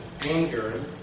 anger